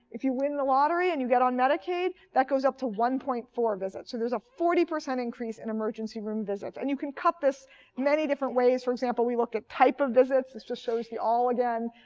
if you win the lottery and you get on medicaid, that goes up to one point four visits. so there's a forty percent increase in emergency room visits. and you can cut this many different ways. for example, we looked at type of visits. this just shows the all again.